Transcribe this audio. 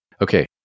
Okay